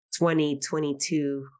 2022